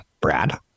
brad